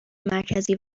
مرکزی